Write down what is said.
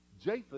Japheth